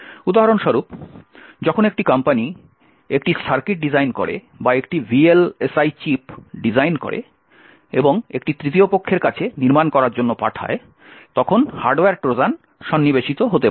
উদাহরণস্বরূপ যখন একটি কোম্পানি একটি সার্কিট ডিজাইন করে বা একটি VLSI চিপ ডিজাইন করে এবং একটি তৃতীয় পক্ষের কাছে নির্মান করার জন্য পাঠায় তখন হার্ডওয়্যার ট্রোজান সন্নিবেশিত হতে পারে